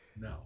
No